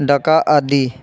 ਡਕਾ ਆਦਿ